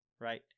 right